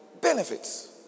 benefits